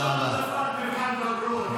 זה לא העתקת מבחן בגרות.